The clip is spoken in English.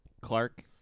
Clark